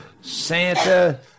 Santa